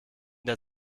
der